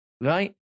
Right